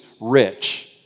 rich